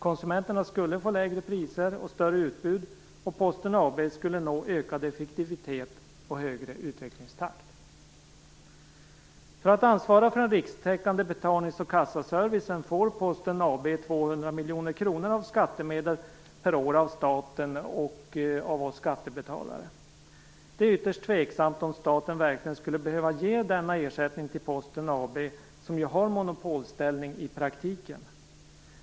Konsumenterna skulle få lägre priser och större utbud, och Posten AB skulle nå ökad effektivitet och högre utvecklingstakt. För att ansvara för den rikstäckande betalningsoch kassaservicen får Posten AB 200 miljoner kronor per år av staten, dvs. av oss skattebetalare. Det är ytterst tveksamt om staten verkligen skulle behöva ge denna ersättning till Posten AB, som ju har monopolställning i praktiken.